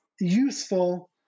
useful